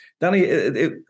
Danny